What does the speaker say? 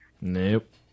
Nope